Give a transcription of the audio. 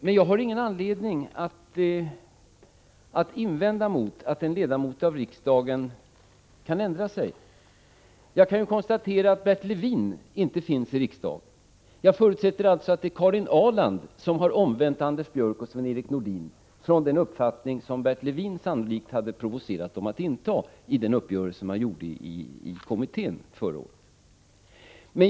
Men jag har ingen anledning att invända mot att en ledamot av riksdagen ändrar sig. Jag kan ju konstatera att Bert Levin inte finns i riksdagen. Jag förutsätter alltså att det är Karin Ahrland som har omvänt Anders Björck och Sven-Erik Nordin från den uppfattning som Bert Levin sannolikt hade provocerat dem att inta i den uppgörelse man kom fram till i kommittén förra året.